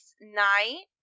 night